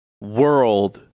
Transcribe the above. world